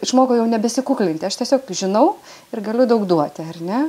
išmokau jau nebesikuklinti aš tiesiog žinau ir galiu daug duoti ar ne